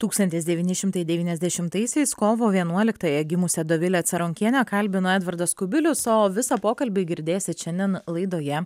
tūkstantis devyni šimtai devyniasdešimtaisiais kovo vienuoliktąją gimusią dovilę caronkienę kalbino edvardas kubilius o visą pokalbį girdėsit šiandien laidoje